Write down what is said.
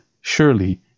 surely